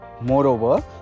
Moreover